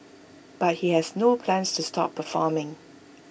but he has no plans to stop performing